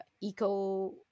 eco